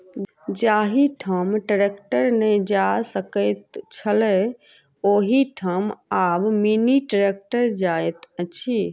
जाहि ठाम ट्रेक्टर नै जा सकैत छलै, ओहि ठाम आब मिनी ट्रेक्टर जाइत अछि